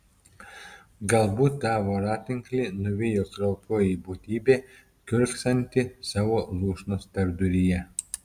galbūt tą voratinklį nuvijo kraupioji būtybė kiurksanti savo lūšnos tarpduryje